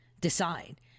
decide